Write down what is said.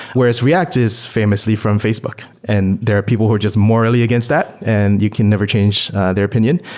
whereas react is famously from facebook, and there are people who are just morally against that. and you can never change their opinion.